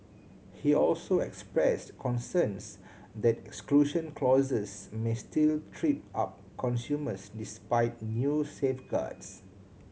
he also expressed concerns that exclusion clauses may still trip up consumers despite new safeguards